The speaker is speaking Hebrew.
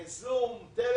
זום, טלפון,